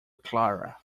clara